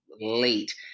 late